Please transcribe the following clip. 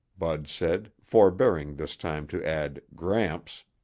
bud said, forebearing this time to add gramps.